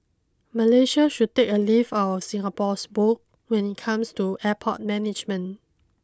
Malaysia should take a leaf out of Singapore's book when it comes to airport management